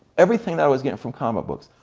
everything that i was getting from comic books,